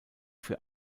für